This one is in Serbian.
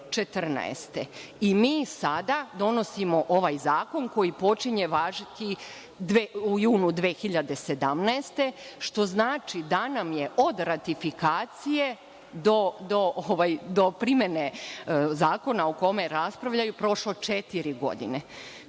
i mi sada donosimo ovaj zakon koji počinje važiti u junu 2017, što znači da nam je od ratifikacije do primene zakona o kome raspravljaju prošlo četiri godine. Kada